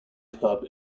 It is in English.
club